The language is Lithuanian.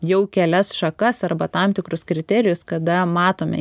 jau kelias šakas arba tam tikrus kriterijus kada matome